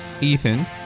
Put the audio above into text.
Ethan